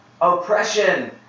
oppression